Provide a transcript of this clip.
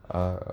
uh